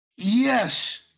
Yes